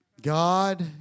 God